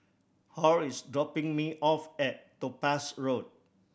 Hall is dropping me off at Topaz Road